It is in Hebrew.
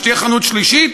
כשתהיה חנות שלישית,